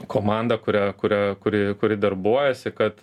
komanda kuria kuria kuri kuri darbuojasi kad